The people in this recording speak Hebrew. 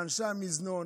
לאנשי המזנון,